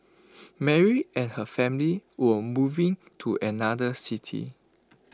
Mary and her family were moving to another city